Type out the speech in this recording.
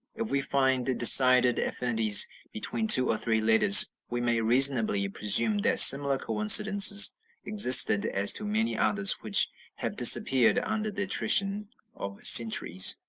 if we find decided affinities between two or three letters, we may reasonably presume that similar coincidences existed as to many others which have disappeared under the attrition of centuries.